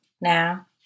now